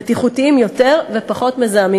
בטיחותיים יותר ופחות מזהמים,